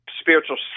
spiritual